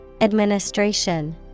Administration